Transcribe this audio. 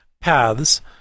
paths